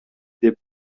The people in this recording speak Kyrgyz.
деп